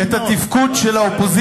אחרי שראיתי את התפקוד של האופוזיציה,